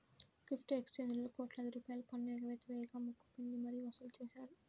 crypto ఎక్స్చేంజీలలో కోట్లాది రూపాయల పన్ను ఎగవేత వేయగా ముక్కు పిండి మరీ వసూలు చేశారు